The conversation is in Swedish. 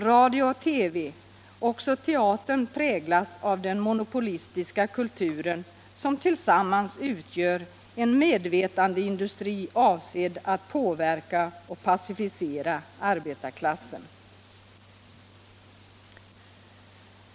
Radio och TV och även teatern präglas av den monopolistiska kulturen, som sammantaget utgör en medvetandeindustri, avsedd att påverka och passivisera arbetarklassen.